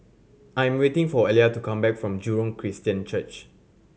I am waiting for Elia to come back from Jurong Christian Church